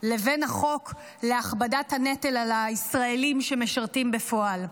לבין החוק להכבדת הנטל על הישראלים שמשרתים בפועל?